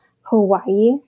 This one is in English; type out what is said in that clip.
Hawaii